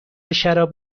شراب